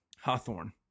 Hawthorne